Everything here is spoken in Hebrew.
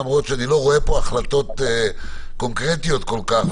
למרות שאני לא רואה פה החלטות קונקרטיות כל כך,